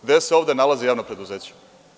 Gde se ovde nalaze javna preduzeća?